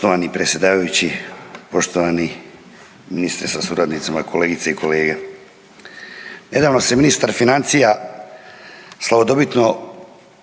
Poštovani predsjedavajući, poštovani ministre sa suradnicima, kolegice i kolege. Nedavno se ministar financija slavodobitno